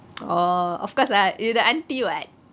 oh of course lah you the auntie [what]